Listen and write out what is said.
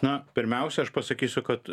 na pirmiausia aš pasakysiu kad